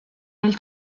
nel